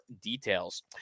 details